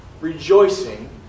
rejoicing